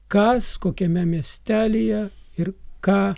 kas kokiame miestelyje ir ką